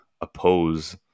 oppose